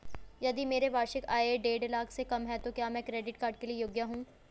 यदि मेरी वार्षिक आय देढ़ लाख से कम है तो क्या मैं क्रेडिट कार्ड के लिए योग्य हूँ?